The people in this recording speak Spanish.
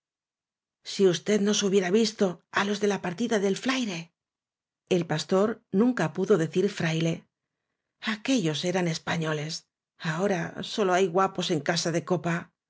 si usted nos hubiera visto á los de la par tida del flaire el pastor nunca pudo decir fraile aquellos eran españoles ahora sólo hay guapos en casa de copa